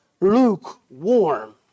lukewarm